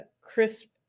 Crisp